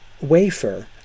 wafer